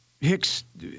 Hicks